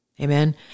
Amen